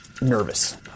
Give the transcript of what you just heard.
nervous